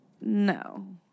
No